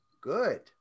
good